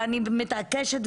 ואני מתעקשת,